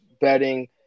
betting